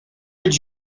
did